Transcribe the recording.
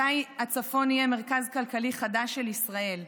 מתי הצפון יהיה מרכז כלכלי חדש של ישראל?